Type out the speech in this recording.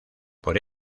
por